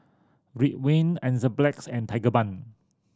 Ridwind Enzyplex and Tigerbalm